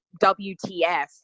wtf